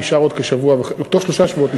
נשאר עוד כשבוע וחצי,